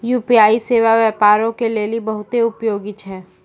UPI सेबा व्यापारो के लेली बहुते उपयोगी छै